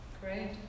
Great